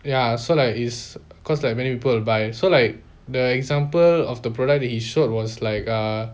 ya so like is cause like many people will buy so like the example of the product that he showed was like err